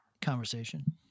conversation